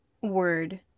word